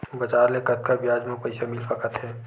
बजार ले कतका ब्याज म पईसा मिल सकत हे?